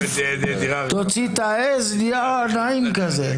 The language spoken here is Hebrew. תוציא את העז נהיה נעים כזה.